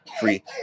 Free